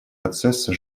процесса